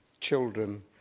children